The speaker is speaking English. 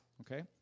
okay